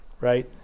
Right